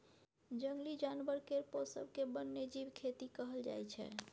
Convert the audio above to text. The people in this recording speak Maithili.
जंगली जानबर केर पोसब केँ बन्यजीब खेती कहल जाइ छै